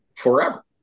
forever